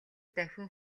давхин